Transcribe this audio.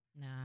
Nah